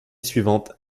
suivante